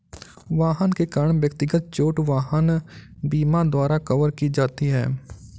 वाहन के कारण व्यक्तिगत चोट वाहन बीमा द्वारा कवर की जाती है